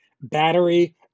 battery